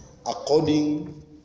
according